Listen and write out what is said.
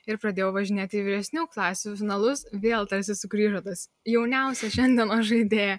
ir pradėjau važinėti į vyresnių klasių finalus vėl tarsi sugrįžo tas jauniausia šiandienos žaidėja